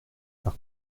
par